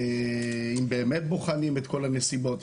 אם באמת בוחנים את כל הנסיבות,